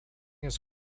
his